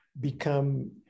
become